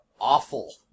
awful